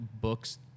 books